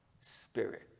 spirit